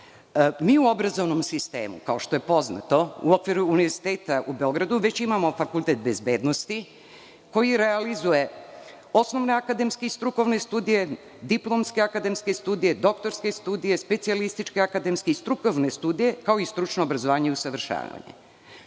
Mi u obrazovnom sistemu, kao što je poznato, u okviru Univerziteta u Beogradu već imamo Fakultet bezbednosti, koji realizuje osnovne akademske i strukovne studije, diplomske akademske studije, doktorske studije, specijalističke akademske i strukovne studije, kao i stručno obrazovanje i usavršavanje.